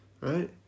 right